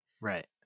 Right